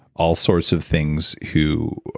all sorts of things who.